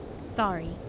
Sorry